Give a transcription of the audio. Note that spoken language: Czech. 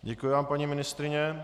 Děkuji vám, paní ministryně.